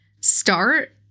start